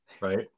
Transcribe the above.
Right